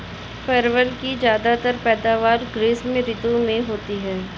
परवल की ज्यादातर पैदावार ग्रीष्म ऋतु में होती है